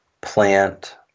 plant